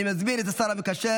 אני מזמין את השר המקשר,